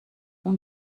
اون